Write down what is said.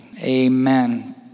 amen